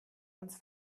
uns